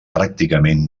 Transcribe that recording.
pràcticament